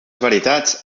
veritats